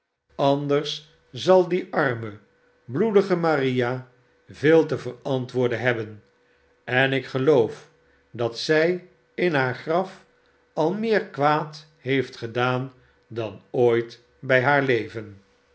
rudge die arme bloedige maria veel te verantwoorden hebben en ik geloof dat zij in haar graf al meer kwaad heeft gedaan dan ooit bij haar leven